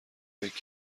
فکر